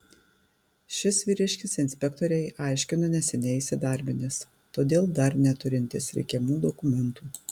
šis vyriškis inspektorei aiškino neseniai įsidarbinęs todėl dar neturintis reikiamų dokumentų